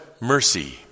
mercy